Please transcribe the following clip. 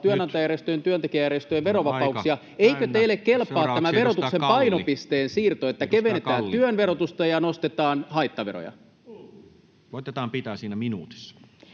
työnantajajärjestöjen ja työntekijäjärjestöjen verovapauksia. [Puhemies: Nyt on aika täynnä!] Eikö teille kelpaa tämä verotuksen painopisteen siirto, että kevennetään työn verotusta ja nostetaan haittaveroja? Koetetaan pitää siinä minuutissa.